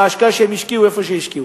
בהשקעה שהם השקיעו איפה שהשקיעו.